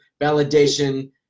validation